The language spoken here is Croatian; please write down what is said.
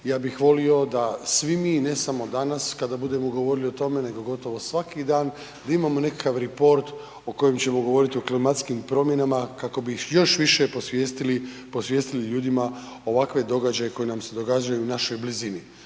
ja bih volio da svi mi, ne samo danas, kada budemo govorili o tome, nego gotovo svaki dan, da imamo nekakav report o kojem ćemo govoriti o klimatskim promjenama kako bi ih još više posvijestili ljudima ovakve događaje koji nam se događaju u našoj blizini.